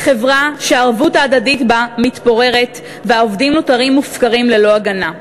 לחברה שהערבות ההדדית בה מתפוררת והעובדים נותרים מופקרים ללא הגנה.